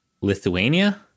Lithuania